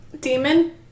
Demon